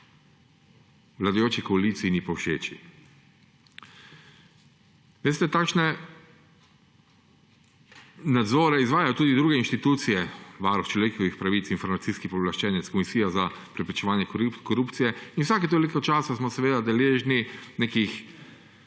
vladajoči koaliciji ni povšeči. Veste, takšne nadzore izvajajo tudi druge inštitucije, Varuh človekovih pravic, Informacijski pooblaščenec, Komisija za preprečevanje korupcije, in vsake toliko časa smo seveda deležni nekih